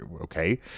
okay